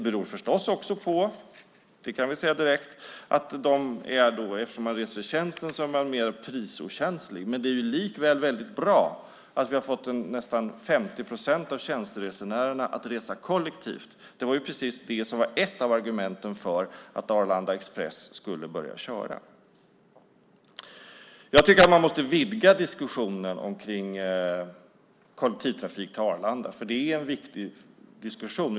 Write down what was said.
Man kan ju säga att de som reser i tjänsten är mer prisokänsliga; det kan vi säga direkt. Men det är likväl bra att vi har fått nästan 50 procent av tjänsteresenärerna att resa kollektivt. Det var precis det som var ett av argumenten för att Arlanda Express skulle börja köra. Jag tycker att man måste vidga diskussionen om kollektivtrafik till Arlanda. Det är en viktig diskussion.